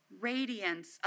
radiance